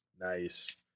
Nice